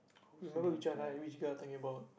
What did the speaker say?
you remember which one right which girl I talking about